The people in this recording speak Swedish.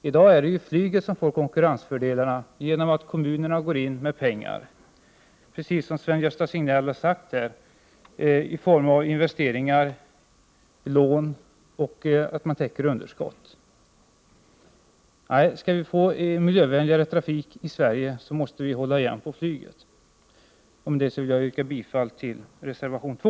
I dag är det flyget som får konkurrensfördelar genom att kommunerna går in med pengar, precis som Sven-Gösta Signell har sagt, i form av investeringar, lån och att underskott täcks. Skall vi få en miljövänligare trafik i Sverige måste vi hålla igen på flyget. Jag yrkar bifall till reservation 2.